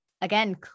again